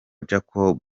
jacob